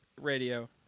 radio